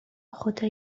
خدا